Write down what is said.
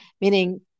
Meaning